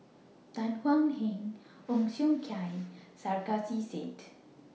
Tan Thuan Heng Ong Siong Kai and Sarkasi Said